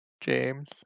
James